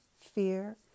fear